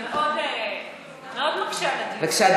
זה מקשה מאוד על הדיון.